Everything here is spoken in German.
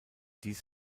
dies